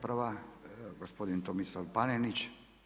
Prva, gospodin Tomislav Panenić.